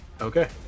Okay